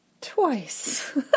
twice